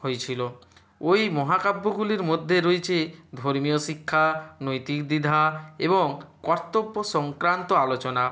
হয়েছিলো ওই মহাকাব্যগুলির মধ্যে রয়েছে ধর্মীয় শিক্ষা নৈতিক দ্বিধা এবং কর্তব্য সংক্রান্ত আলোচনা